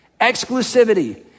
exclusivity